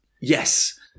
Yes